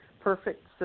perfect